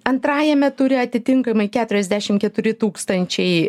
antrajame ture atitinkamai keturiasdešim keturi tūkstančiai